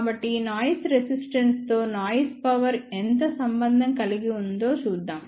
కాబట్టి noise resistance తో noise power ఎంత సంబంధం కలిగి ఉందో చూద్దాం